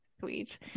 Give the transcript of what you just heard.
sweet